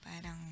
parang